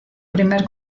primer